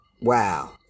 wow